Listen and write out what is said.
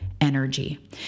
energy